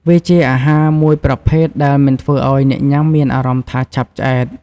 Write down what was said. វាជាអាហារមួយប្រភេទដែលមិនធ្វើឲ្យអ្នកញុាំមានអារម្មណ៍ថាឆាប់ឆ្អែត។